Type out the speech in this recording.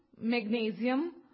magnesium